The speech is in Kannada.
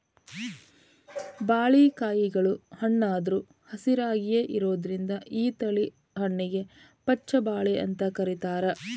ಬಾಳಿಕಾಯಿಗಳು ಹಣ್ಣಾದ್ರು ಹಸಿರಾಯಾಗಿಯೇ ಇರೋದ್ರಿಂದ ಈ ತಳಿ ಹಣ್ಣಿಗೆ ಪಚ್ಛ ಬಾಳೆ ಅಂತ ಕರೇತಾರ